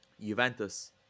Juventus